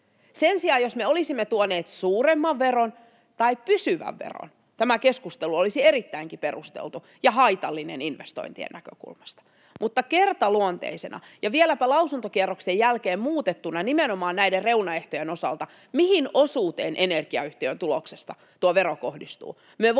Sen sijaan, jos me olisimme tuoneet suuremman veron tai pysyvän veron, tämä keskustelu olisi erittäinkin perusteltu ja haitallinen investointien näkökulmasta, mutta kertaluonteisena — ja vieläpä lausuntokierroksen jälkeen muutettuna nimenomaan näiden reunaehtojen osalta, mihin osuuteen energiayhtiön tuloksesta tuo vero kohdistuu